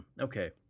Okay